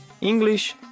English